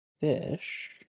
fish